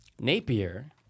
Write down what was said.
Napier